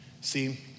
See